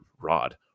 Rod